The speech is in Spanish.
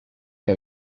que